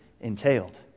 entailed